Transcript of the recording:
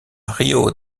rio